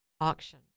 auction